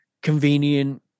convenient